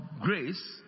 grace